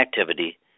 activity